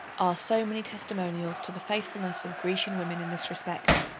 are so many testimonials to the faithfulness of grecian women in this respect.